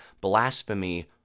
blasphemy